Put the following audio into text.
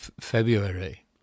February